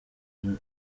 ibura